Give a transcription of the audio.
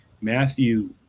matthew